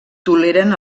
toleren